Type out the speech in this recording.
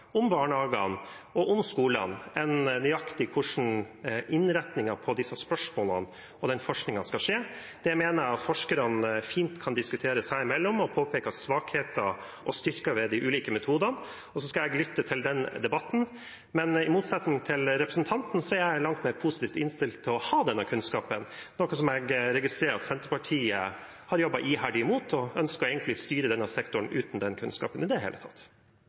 om barnehagene og om skolene, enn nøyaktig hvordan innretningen på disse spørsmålene og den forskningen skal være. Det mener jeg at forskerne fint kan diskutere seg imellom og påpeke svakheter og styrker ved de ulike metodene. Og så skal jeg lytte til den debatten. Men i motsetning til representanten er jeg langt mer positivt innstilt til å ha denne kunnskapen, noe jeg registrerer at Senterpartiet har jobbet iherdig imot. De ønsker egentlig å styre denne sektoren uten den kunnskapen i det hele tatt.